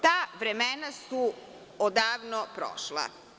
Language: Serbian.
Ta vremena su odavno prošla.